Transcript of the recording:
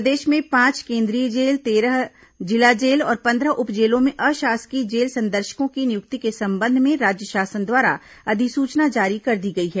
प्रदेश में पांच केंद्रीय जेल तेरह जिला जेल और पंद्रह उप जेलों में अशासकीय जेल संदर्शकों की नियुक्ति के संबंध में राज्य शासन द्वारा अधिसूचना जारी कर दी गई है